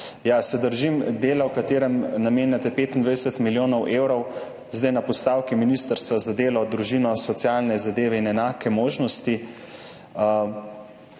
se držim dela, v katerem namenjate 25 milijonov evrov, zdaj na postavki Ministrstva za delo, družino, socialne zadeve in enake možnosti.